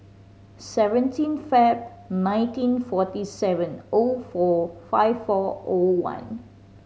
seventeen Feb nineteen forty seven O four five four O one